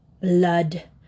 Blood